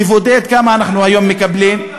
תבודד כמה אנחנו היום מקבלים,